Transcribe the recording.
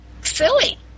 silly